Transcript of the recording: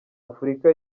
afurika